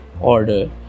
order